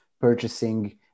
purchasing